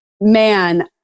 man